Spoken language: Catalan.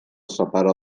separa